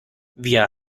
wir